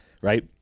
Right